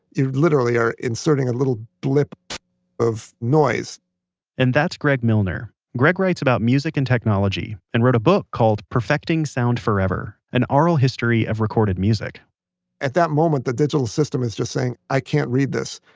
you literally are inserting a little blip of noise and that's greg milner. greg writes about music and technology, and wrote a book called perfecting sound forever an aural history of recorded music at that moment, the digital system is just saying, i can't read this.